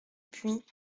puy